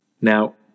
Now